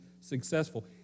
successful